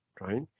right